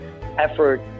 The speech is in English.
effort